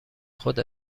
خود